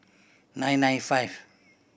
nine nine five